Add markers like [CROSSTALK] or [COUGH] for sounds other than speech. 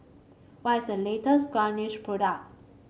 what is the latest [UNINTELLIGIBLE] product